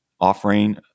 Offering